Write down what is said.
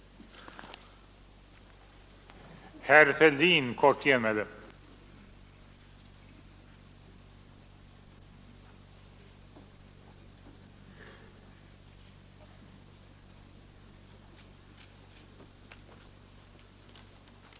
Måndagen den